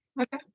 okay